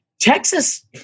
Texas